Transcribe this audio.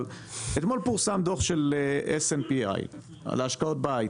אבל אתמול פורסם דו"ח של SNPI על ההשקעות בהייטק.